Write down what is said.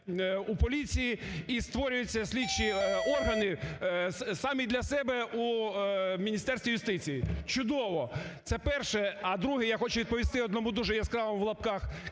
у поліції і створюються слідчі органи самі для себе у Міністерстві юстиції. Чудово. Це перше. А друге, я хочу відповісти одному дуже яскравому, в лапках,